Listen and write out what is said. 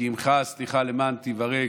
כי עמך הסליחה למען תורא.